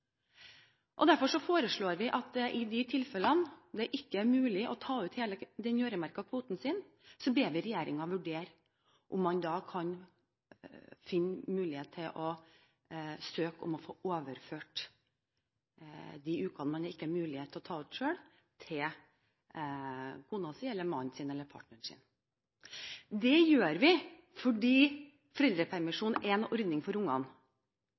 Derfor foreslår vi at i de tilfellene det ikke er mulig å ta ut hele den øremerkede kvoten, ber vi regjeringen vurdere om man da kan finne mulighet til å søke om å få overført de ukene en ikke har mulighet til å ta ut selv, til kona si, mannen sin eller partneren sin. Det gjør vi fordi foreldrepermisjonen er en ordning for ungene,